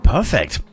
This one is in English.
Perfect